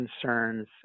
concerns